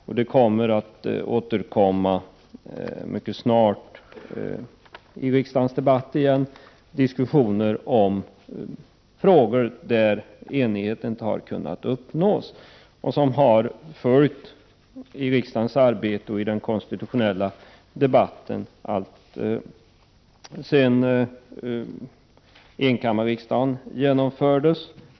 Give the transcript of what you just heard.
Mycket snart återkommer vi här i riksdagen till diskussioner i frågor där enighet inte har kunnat uppnås. Det är frågor som har diskuterats i riksdagen och i den konstitutionella debatten ända sedan enkammarriksdagens införande.